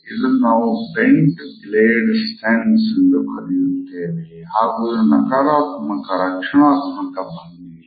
ಇದನ್ನು ನಾವು bent blade stance ಎಂದು ಕರೆಯುತ್ತೇವೆ ಹಾಗೂ ಇದು ನಕಾರಾತ್ಮಕ ಮತ್ತು ರಕ್ಷಣಾತ್ಮಕ ಭಂಗಿ